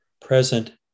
present